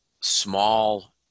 small